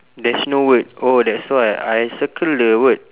there's no word oh that's why I circle the word